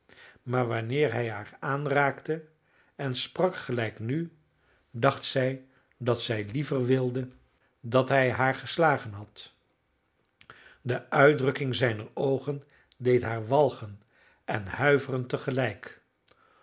maar wanneer hij haar aanraakte en sprak gelijk nu dacht zij dat zij liever wilde dat hij haar geslagen had de uitdrukking zijner oogen deed haar walgen en huiveren